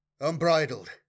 Unbridled